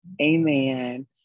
Amen